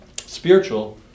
spiritual